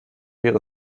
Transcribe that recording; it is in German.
wäre